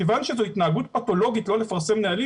כיוון שזו התנהגות פתולוגית לא לפרסם נהלים,